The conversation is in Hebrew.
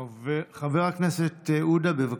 חבר הכנסת עודה, בבקשה.